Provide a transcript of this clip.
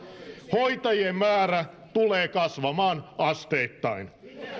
hoitajien määrä tulee kasvamaan asteittain suurin